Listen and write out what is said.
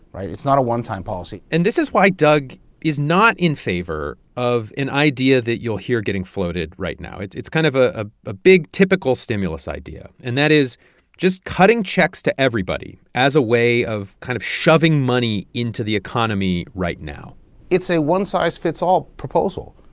right? it's not a one-time policy and this is why doug is not in favor of an idea that you'll hear getting floated right now. it's it's kind of a a big typical stimulus idea, and that is just cutting checks to everybody as a way of kind of shoving money into the economy right now it's a one-size-fits-all proposal,